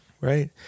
right